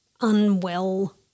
unwell